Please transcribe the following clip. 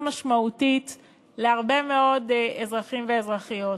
משמעותית להרבה מאוד אזרחים ואזרחיות.